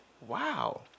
wow